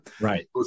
Right